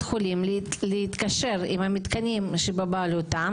החולים לעמית את האפשרות לבחור את המנתח שיבצע את הניתוח